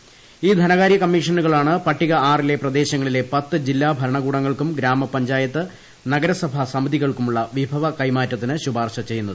int ഗ്ലിന്കാര്യ കമ്മീഷനുകളാണ് പട്ടിക ആറിലെ പ്രദേശങ്ങളിലെ പ്പിത്ത് ജില്ലാ ഭരണകൂടങ്ങൾക്കും ഗ്രാമ പഞ്ചായത്ത് നഗരസഭാ ്സമിതികൾക്കുമുള്ള വിഭവ കൈമാറ്റത്തിന് ശുപാർശ ക്ഷ്യ്യുന്നത്